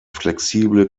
flexible